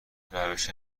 روش